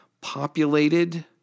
populated